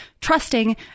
trusting